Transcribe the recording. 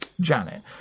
Janet